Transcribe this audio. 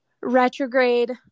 retrograde